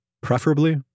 preferably